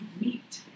meat